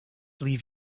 leave